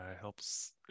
Helps